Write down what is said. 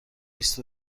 بیست